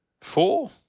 four